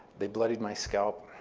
they bloodied my scalp.